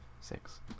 Six